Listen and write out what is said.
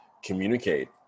communicate